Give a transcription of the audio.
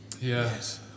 Yes